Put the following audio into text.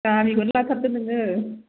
दामिखौनो लाथारदो नोङो